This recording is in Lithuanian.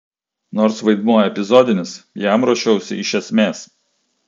nors vaidmuo epizodinis jam ruošiausi iš esmės